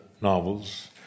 novels